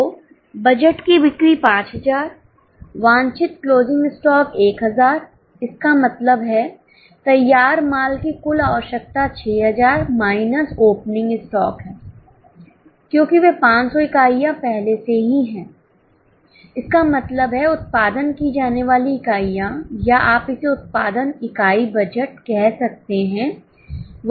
तो बजट की बिक्री 5000 वांछित क्लोजिंग स्टॉक 1000 इसका मतलब है तैयार माल की कुल आवश्यकता 6000 माइनस ओपनिंग स्टॉक है क्योंकि वे 500 इकाइयां पहले से ही हैं इसका मतलब है उत्पादन की जाने वाली इकाइयाँ या आप इसे उत्पादन इकाई बजट कह सकते हैं वह 5500 है